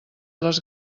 les